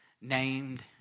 named